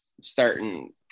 starting